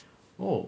oh